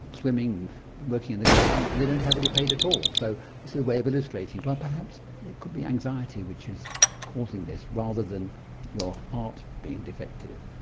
swimming and working in the garden, and they don't have any pain at all. so this is a way of illustrating, well, perhaps it could be anxiety which is causing this rather than your heart being defective.